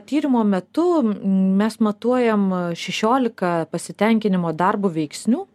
tyrimo metu mes matuojam šešiolika pasitenkinimo darbu veiksnių